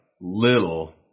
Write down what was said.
little